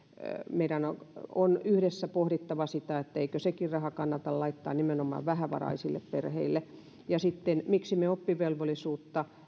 meidän on yhdessä pohdittava sitä eikö se maksuttoman toisen asteen raha kannata laittaa nimenomaan vähävaraisille perheille miksi me oppivelvollisuutta